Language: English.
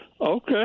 Okay